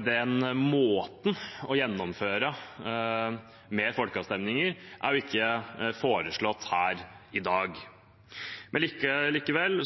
den måten å gjennomføre folkeavstemninger på er ikke foreslått her i dag. Likevel